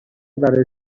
برای